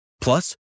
Plus